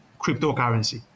cryptocurrency